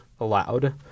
allowed